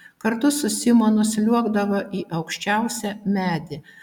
kartu su simonu sliuogdavo į aukščiausią medį